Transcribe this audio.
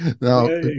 Now